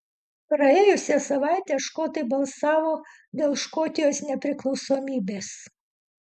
praėjusią savaitę škotai balsavo dėl škotijos nepriklausomybės